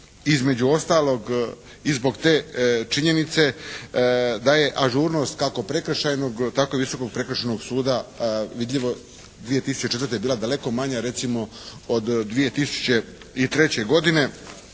između ostalog, i zbog te činjenica da je ažurnost kako prekršajnog tako i Visokog prekršajnog suda vidljivo 2004. bila daleko manja recimo od 2003. godine